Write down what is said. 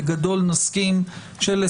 בגדול נסכים שאלה